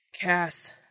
Cass